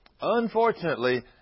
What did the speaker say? unfortunately